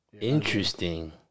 Interesting